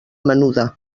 menuda